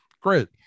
great